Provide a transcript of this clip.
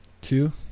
two